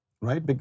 right